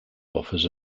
offers